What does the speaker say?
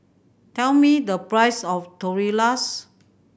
tell me the price of Tortillas